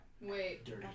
Wait